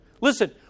Listen